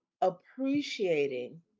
appreciating